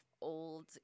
old